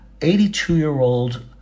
82-year-old